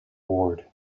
ward